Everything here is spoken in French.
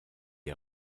est